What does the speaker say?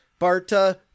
Barta